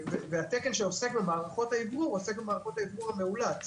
התקן שעוסק במערכות האוורור עוסק במערכות האוורור המאולץ.